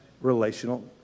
relational